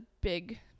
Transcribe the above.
big